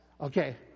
Okay